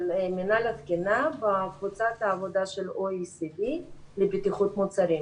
של מנהל התקינה בקבוצת העבודה של OECD לבטיחות מוצרים.